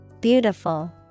Beautiful